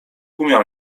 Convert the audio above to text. umiał